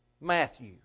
Matthew